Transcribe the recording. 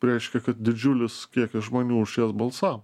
reiškia kad didžiulis kiekis žmonių už jas balsavo